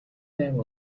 байн